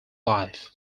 life